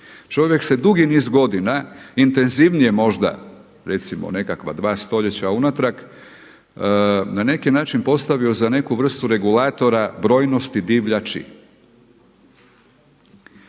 Čovjek se dugi niz godina intenzivnije možda, recimo nekakva dva stoljeća unatrag na neki način postavio za neku vrstu regulatora brojnosti divljači.